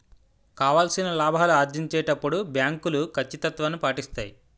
కావాల్సిన లాభాలు ఆర్జించేటప్పుడు బ్యాంకులు కచ్చితత్వాన్ని పాటిస్తాయి